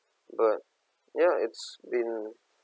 but ya it's been